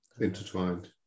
intertwined